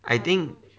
I think